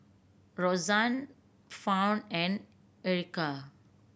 Roxann Fawn and Erica